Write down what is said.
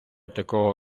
такого